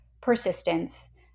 persistence